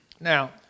Now